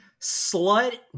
slut